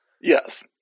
Yes